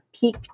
peak